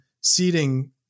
seating